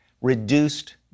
reduced